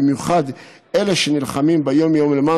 במיוחד אלה שנלחמים ביום-יום למען